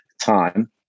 time